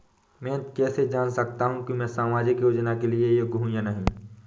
मैं कैसे जान सकता हूँ कि मैं सामाजिक योजना के लिए योग्य हूँ या नहीं?